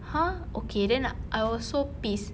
!huh! okay then I was so pissed